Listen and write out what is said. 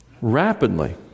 Rapidly